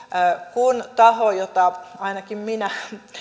kun taho jota ainakin minä